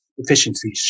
efficiency